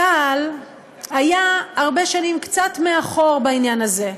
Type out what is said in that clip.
צה"ל היה הרבה שנים קצת מאחור בעניין הזה.